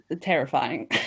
terrifying